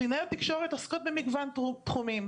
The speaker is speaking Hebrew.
קלינאות תקשורת עוסקות במגוון תחומים,